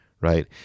right